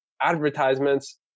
advertisements